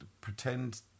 pretend